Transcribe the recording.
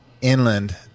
inland